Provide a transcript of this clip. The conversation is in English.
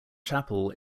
chapel